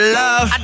love